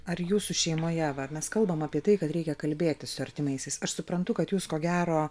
ar jūsų šeimoje va mes kalbam apie tai kad reikia kalbėtis su artimaisiais aš suprantu kad jūs ko gero